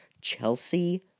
chelsea